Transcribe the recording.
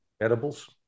Edibles